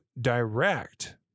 direct